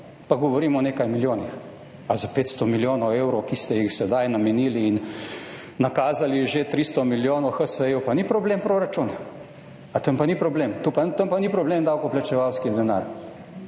pa govorimo o nekaj milijonih. A za 500 milijonov evrov, ki ste jih sedaj namenili in nakazali že 300 milijonov HSE-ju pa ni problem proračun, a tam pa ni problem, tam pa tam pa ni problem davkoplačevalski denar?